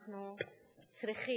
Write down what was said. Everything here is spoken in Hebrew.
אנחנו צריכים,